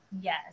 Yes